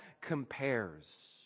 compares